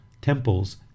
temples